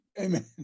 Amen